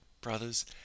Brothers